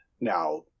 now